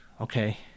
Okay